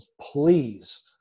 please